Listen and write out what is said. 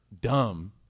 dumb